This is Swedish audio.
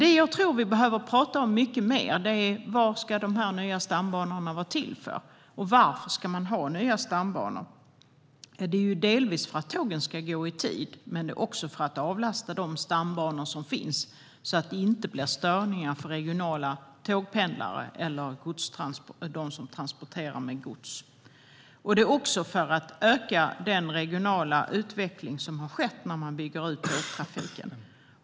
Det jag tror att vi behöver prata om mycket mer är vad de nya stambanorna ska vara till för och varför man ska ha nya stambanor. Det är ju delvis för att tågen ska gå i tid, men det är också för att avlasta de stambanor som finns, så att det inte blir störningar för regionala tågpendlare eller dem som transporterar gods. Det är också för att öka den regionala utveckling som har skett när man byggt ut tågtrafiken.